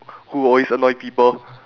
who always annoy people